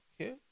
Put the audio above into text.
Okay